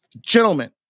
gentlemen